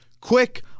quick